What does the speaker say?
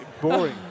Boring